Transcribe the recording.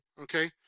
Okay